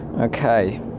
okay